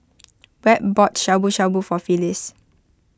Webb bought Shabu Shabu for Phyliss